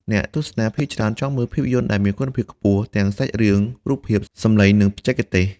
អ្នកទស្សនាភាគច្រើនចង់មើលភាពយន្តដែលមានគុណភាពខ្ពស់ ទាំងសាច់រឿង រូបភាព សំឡេង និងបច្ចេកទេស។